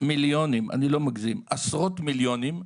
מיליונים - ואני לא מגזים: עשרות מיליונים,